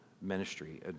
ministry